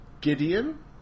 Gideon